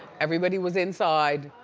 everybody was inside,